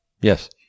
Yes